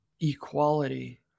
equality